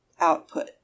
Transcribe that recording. output